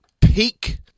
peak